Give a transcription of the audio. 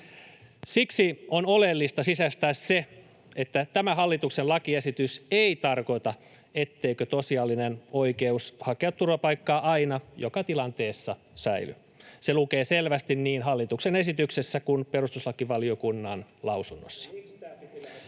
Siksi on oleellista sisäistää se, että tämä hallituksen lakiesitys ei tarkoita, etteikö tosiasiallinen oikeus hakea turvapaikkaa aina joka tilanteessa säily. Se lukee selvästi niin hallituksen esityksessä kuin perustuslakivaliokunnan lausunnossa.